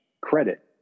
credit